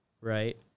right